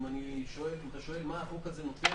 אם אתה שואל מה החוק הזה נותן,